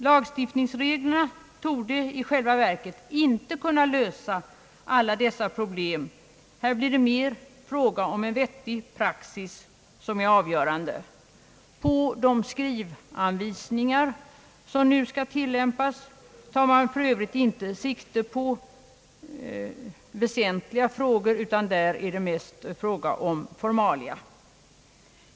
Lagstiftningsreglerna torde i själva verket inte kunna lösa alla dessa problem. Här blir det mer fråga om att en vettig praxis får vara avgörande. I de skrivanvisningar som nu skall tillämpas tas för övrigt inte sikte på väsentliga frågor, utan där är det mest fråga om formalia.